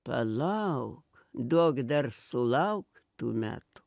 palauk duok dar sulaukt tų metų